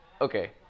okay